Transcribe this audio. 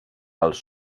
pels